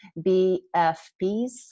BFPs